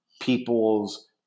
people's